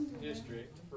district